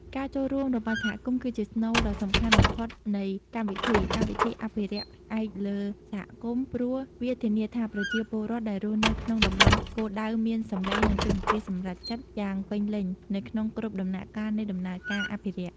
ការចូលរួមរបស់សហគមន៍ គឺជាស្នូលដ៏សំខាន់បំផុតនៃកម្មវិធី កម្មវិធីអភិរក្សផ្អែកលើសហគមន៍ ព្រោះវាធានាថាប្រជាពលរដ្ឋដែលរស់នៅក្នុងតំបន់គោលដៅមាន សំឡេង និង តួនាទីសម្រេចចិត្ត យ៉ាងពេញលេញនៅក្នុងគ្រប់ដំណាក់កាលនៃដំណើរការអភិរក្ស។